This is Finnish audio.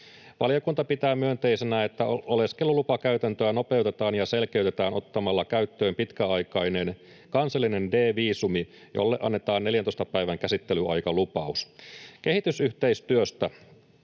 Valiokunta pitää myönteisenä, että oleskelulupakäytäntöä nopeutetaan ja selkeytetään ottamalla käyttöön pitkäaikainen kansallinen D-viisumi, jolle annetaan 14 päivän käsittelyaikalupaus. Kehitysyhteistyöstä: